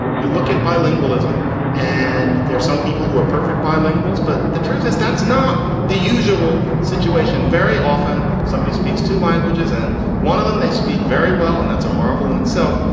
you look at bilingualism and there are some people who are perfect bilinguals. but the truth is that's not the usual situation. very often somebody speaks two languages and one of them, they speak very well. and that's a marvel in itself.